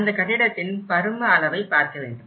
அந்த கட்டிடத்தின் பரும அளவை பார்க்கவேண்டும்